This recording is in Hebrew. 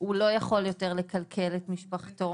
והוא לא יכול יותר לכלכל את משפחתו.